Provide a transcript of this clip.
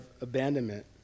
abandonment